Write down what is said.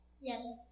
Yes